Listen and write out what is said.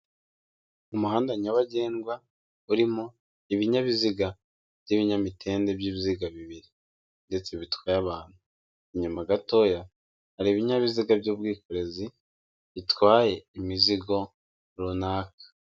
Umuhanda nyabagendwa, urimo ibinyabiziga by'ibinyamitende by'ibiziga bibiri ndetse bitwaye abantu. Inyuma gatoya, hari ibinyabiziga by'ubwikorezi bitwaye imizigo runaka.